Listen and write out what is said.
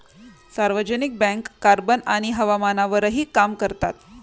सार्वजनिक bank carbon आणि हवामानावरही काम करतात